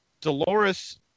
Dolores